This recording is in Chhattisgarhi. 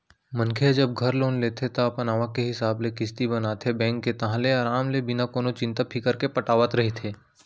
मनखे ह जब घर लोन लेथे ता अपन आवक के हिसाब ले किस्ती बनाथे बेंक के ताहले अराम ले बिना कोनो चिंता फिकर के पटावत रहिथे